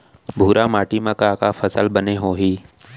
भूरा माटी मा का का फसल बने होही?